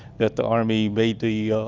that the army made the,